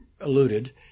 alluded